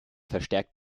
verstärkt